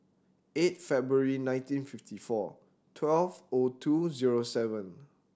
eight February nineteen fifty four twelve O two zero seven